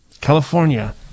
California